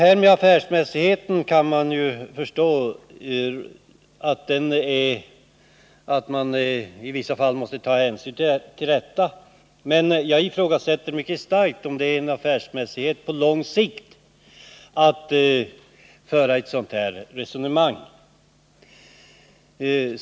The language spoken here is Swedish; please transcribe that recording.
Jag kan förstå att man i vissa fall måste ta hänsyn till affärmässiga krav, men jag ifrågasätter mycket starkt om det på lång sikt är affärsmässigt att förfara som här sker.